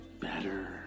better